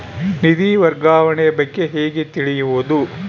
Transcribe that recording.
ನಿಧಿ ವರ್ಗಾವಣೆ ಬಗ್ಗೆ ಹೇಗೆ ತಿಳಿಯುವುದು?